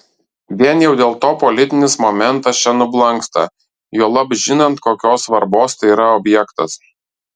vien jau dėl to politinis momentas čia nublanksta juolab žinant kokios svarbos tai yra objektas